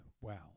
wow